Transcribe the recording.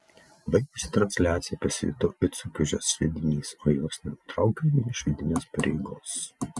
baigusi transliaciją pasijutau it sukiužęs sviedinys o jos nenutraukiau vien iš vidinės pareigos